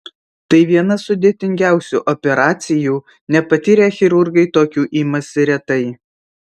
tai viena sudėtingiausių operacijų nepatyrę chirurgai tokių imasi retai